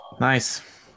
Nice